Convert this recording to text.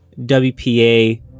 WPA